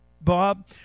Bob